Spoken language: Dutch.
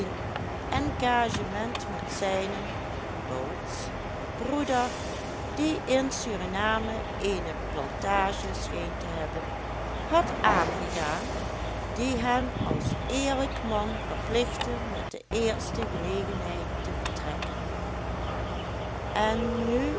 engagement met zijnen bouts broeder die in suriname eene plantage scheen te hebben had aangegaan die hem als eerlijk man verplichtte met de eerste gelegenheid te vertrekken en nu